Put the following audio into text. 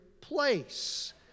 place